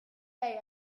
lei